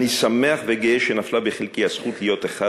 אני שמח וגאה שנפלה בחלקי הזכות להיות אחד